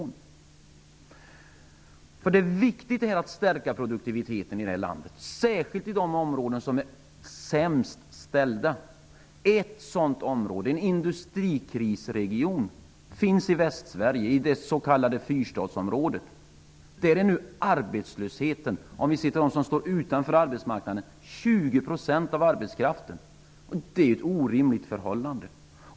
Det är viktigt att stärka produktiviteten i det här landet, särskilt på de områden som är sämst ställda. Ett sådant område, en industrikrisregion, finns i Västsverige, i det s.k. fyrstadsområdet. Där är nu arbetslösheten, om vi ser till dem som står utanför arbetsmarknaden, 20 % av arbetskraften. Det är ett orimligt förhållande.